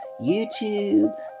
YouTube